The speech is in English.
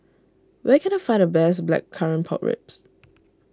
where can I find the best Blackcurrant Pork Ribs